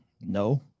No